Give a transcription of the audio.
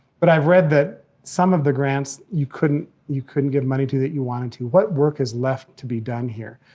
but i've read that some of the grants you couldn't you couldn't give money to that you wanted to. what work is left to be done here?